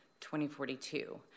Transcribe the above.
2042